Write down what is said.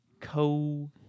co